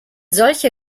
solche